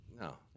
No